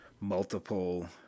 multiple